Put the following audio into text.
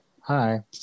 Hi